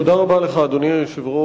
תודה רבה לך, אדוני היושב-ראש.